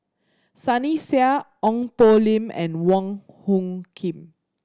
Sunny Sia Ong Poh Lim and Wong Hung Khim